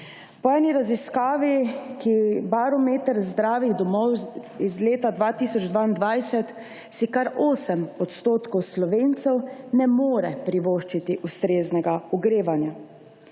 Po raziskavi Barometer zdravih domov iz leta 2022 si kar 8 % Slovencev ne more privoščiti ustreznega ogrevanja.